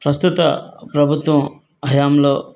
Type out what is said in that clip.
ప్రస్తుత ప్రభుత్వం హయాంలో